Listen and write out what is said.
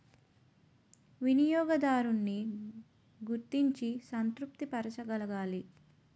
వినియోగదారున్ని గుర్తించి సంతృప్తి పరచగలగాలి